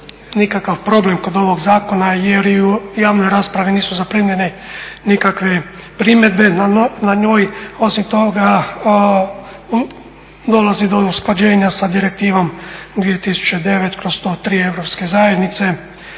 nikakav problem kod ovog zakona jer i u javnom raspravi nisu zaprimljene nikakve primjedbe na njoj. Osim toga dolazi do usklađenja sa Direktivom 2009/103 Europske unije